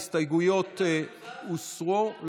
ההסתייגויות הוסרו.